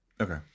Okay